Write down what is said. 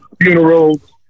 funerals